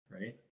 right